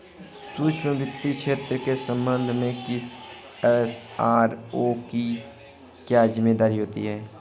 सूक्ष्म वित्त क्षेत्र के संबंध में किसी एस.आर.ओ की क्या जिम्मेदारी होती है?